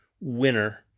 winner